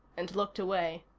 and looked away.